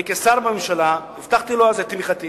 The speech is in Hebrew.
שאני כשר בממשלה הבטחתי לו אז את תמיכתי